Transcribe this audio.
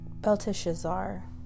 Belteshazzar